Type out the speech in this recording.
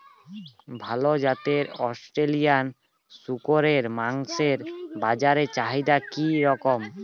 ভাল জাতের অস্ট্রেলিয়ান শূকরের মাংসের বাজার চাহিদা কি রকম?